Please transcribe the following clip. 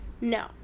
no